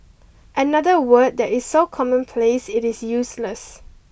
another word that is so commonplace it is useless